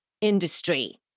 industry